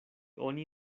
oni